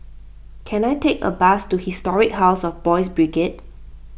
can I take a bus to Historic House of Boys' Brigade